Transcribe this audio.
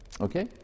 Okay